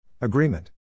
Agreement